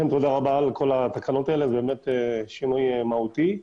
באמת שינוי מהותי.